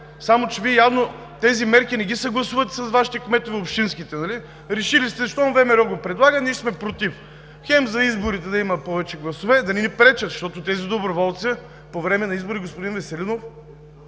само че Вие явно тези мерки не ги съгласувате с Вашите общински кметове, нали? Решили сте, че щом ВМРО го предлага, ние сме „против“ – хем за изборите да има повече гласове, да не ни пречат, защото тези доброволци по време на избори, господин Веселинов,